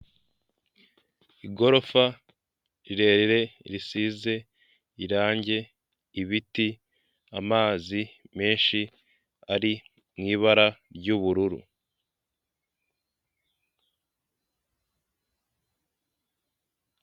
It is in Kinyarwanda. Igorofa rirerire risize irange, ibiti amazi menshi ari mu ibara ry'ubururu.